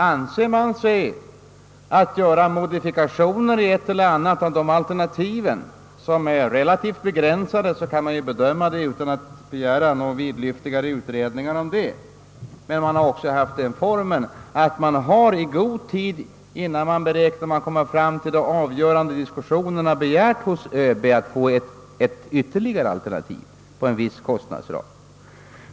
Anser utredningen att vissa relativt begränsade modifikationer bör göras i det ena eller det andra alternativet kan det ske utan att man behöver begära några vidlyftigare utredningar härom. Men det har också hänt att man i god tid innan man räknar med att komma fram till de avgörande diskussionerna har begärt hos ÖB att få ett ytterligare alternativ på en viss kostnadsram.